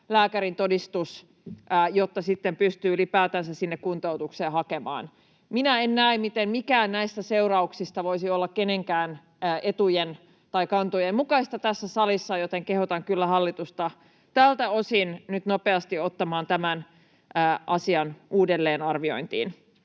lääkärintodistus, jotta sitten pystyy ylipäätänsä sinne kuntoutukseen hakemaan. Minä en näe, miten mikään näistä seurauksista voisi olla kenenkään etujen tai kantojen mukaista tässä salissa, joten kehotan kyllä hallitusta tältä osin nyt nopeasti ottamaan tämän asian uudelleenarviointiin.